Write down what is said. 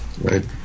Right